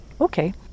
okay